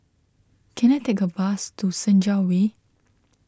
can I take a bus to Senja Way